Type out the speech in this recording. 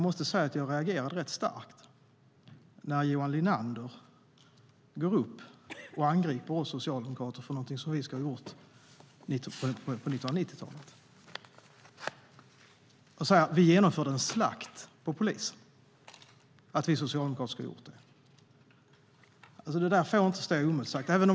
Men jag reagerade starkt när Johan Linander angrep oss socialdemokrater för något som vi ska ha gjort på 1990-talet. Han sade att vi socialdemokrater genomförde en "slakt" på polisen. Det får inte stå oemotsagt.